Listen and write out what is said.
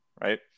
right